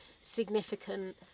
significant